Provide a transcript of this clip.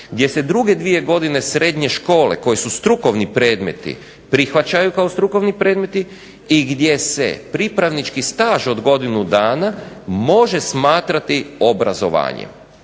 Gdje se druge dvije godine srednje škole koje su strukovni predmeti prihvaćaju kao strukovni predmeti i gdje se pripravnički staž od godinu dana može smatrati obrazovanjem.